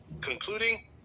Concluding